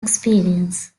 experience